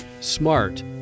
smart